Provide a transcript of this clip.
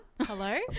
Hello